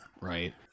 right